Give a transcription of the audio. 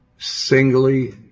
singly